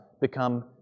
become